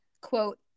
quote